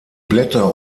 blätter